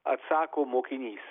atsako mokinys